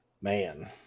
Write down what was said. Man